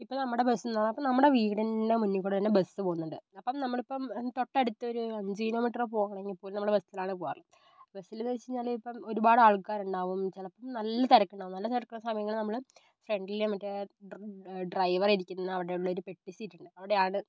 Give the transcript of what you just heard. ഇപ്പോ നമ്മുടെ ബസ് എന്നാൽ ഇപ്പം നമ്മുടെ വീടിൻ്റെ മുന്നിൽ കൂടി തന്നെ ബസ് പോകുന്നുണ്ട് അപ്പം നമ്മളിപ്പം തൊട്ടടുത്ത് ഒരു അഞ്ചു കിലോമീറ്റർ പോകണമെങ്കിൽ പോലും നമ്മൾ ബസ്സിലാണ് പോകുക ബസ്സിൽ എന്ന് വെച്ചു കഴിഞ്ഞാൽ ഇപ്പം ഒരുപാട് ആൾക്കാർ ഉണ്ടാകും ചിലപ്പം നല്ല തിരക്കുണ്ടാകും നല്ല തിരക്കുള്ള സമയങ്ങളിൽ നമ്മൾ ഫ്രണ്ടിലെ മറ്റേ ഡ്രൈവർ ഇരിക്കുന്ന അവിടെയുള്ളൊരു പെട്ടി സീറ്റുണ്ട് അവിടെയാണ്